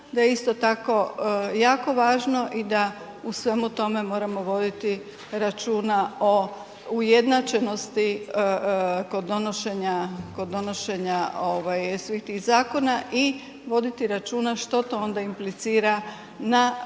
da je isto tako jako važno i da u svemu tome moramo voditi računa o ujednačenosti kod donošenja svih tih zakona i voditi računa što to onda implicira na fiskalne